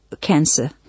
cancer